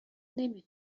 نمی